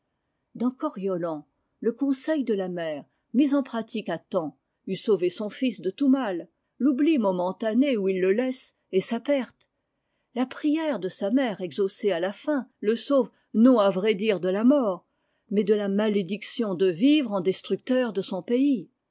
dans coriolan le conseil de la mère mis en pratique à temps eût sauvé son fils de tout mal l'oubli momentané où il le laisse est sa perte la prière de sa mère exaucée à la fin le sauve non à vrai dire de la mort mais de la malédiction de vivre en destructeur de son pays